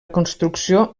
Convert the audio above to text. construcció